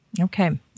Okay